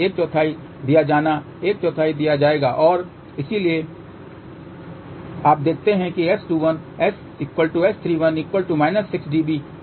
एक चौथाई दिया जाना एक चौथाई दिया जाएगा और इसीलिए आप देखते हैं कि S21 S31 6 dB ठीक है